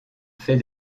fait